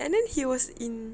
and then he was in